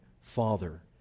Father